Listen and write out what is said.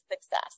success